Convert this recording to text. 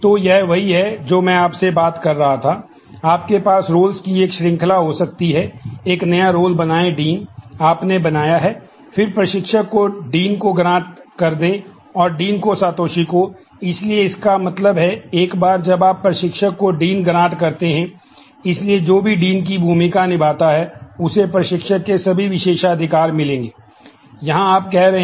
तो यह वही है जो मैं आपसे बात कर रहा था आपके पास रोल्स की भूमिका निभाने जा रहा है